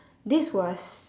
this was